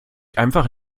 einfach